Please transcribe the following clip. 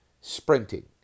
sprinting